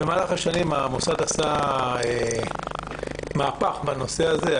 במהלך השנים המוסד עשה מהפך בנושא הזה.